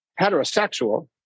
heterosexual